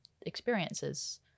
experiences